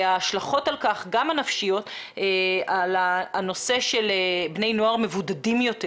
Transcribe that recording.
וההשלכות גם הנפשיות על הנושא של בני נוער מבודדים יותר